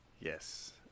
Yes